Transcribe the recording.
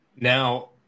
Now